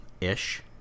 ish